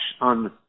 on